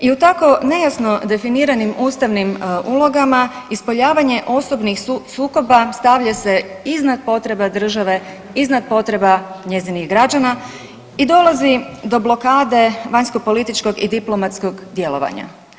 I u tako nejasno definiranim ustavnim ulogama ispoljavanje osobnih sukoba stavlja se iznad potreba države, iznad potreba njezinih građana i dolazi do blokade vanjskopolitičkog i diplomatskog djelovanja.